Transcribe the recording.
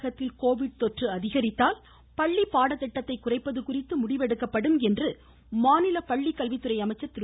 தமிழகத்தில் கோவிட் தொற்று தடை காலம் அதிகரிக்கும் பட்சத்தில் பள்ளி பாட திட்டத்தை குறைப்பது குறித்து முடிவெடுக்கப்படும் என்று மாநில பள்ளிக்கல்வித்துறை அமைச்சர் திரு